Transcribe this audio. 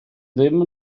ddim